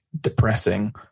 depressing